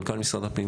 מנכ"ל משרד הפנים.